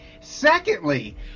Secondly